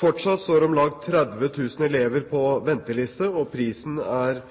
Fortsatt står om lag 30 000 elever på venteliste, og prisen er